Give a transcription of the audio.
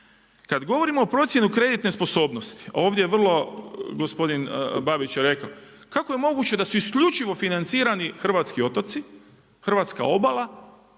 Kada govorimo o procjeni kreditne sposobnosti, ovdje je vrlo gospodin Babić rekao kako je moguće da su isključivo financirani hrvatski otoci, hrvatska obala?